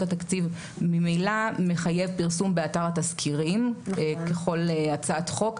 התקציב ממילא מחייב פרסום באתר התזכירים ככל הצעת חוק,